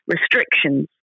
restrictions